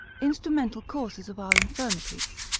instrumental causes of our infirmities.